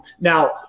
Now